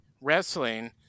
wrestling